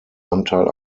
anteil